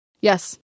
Yes